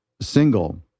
single